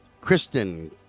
Kristen